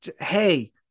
Hey